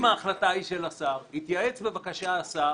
אם ההחלטה היא של השר יתייעץ בבקשה השר